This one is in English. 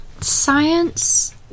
Science